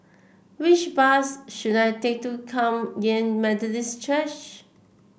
which bus should I take to Kum Yan Methodist Church